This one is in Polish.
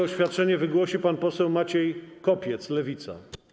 Oświadczenie wygłosi pan poseł Maciej Kopiec, Lewica.